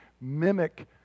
mimic